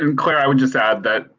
um claire, i would just add that.